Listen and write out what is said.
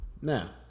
Now